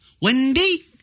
Wendy